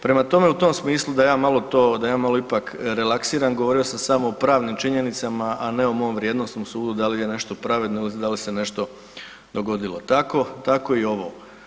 Prema tome u tom smislu da ja malo to da ja malo ipak relaksiram, govorio sam samo o pravnim činjenicama, a ne o mom vrijednosnom sudu da li je nešto pravedno ili da li se nešto dogodilo, tako i ovo.